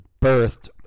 birthed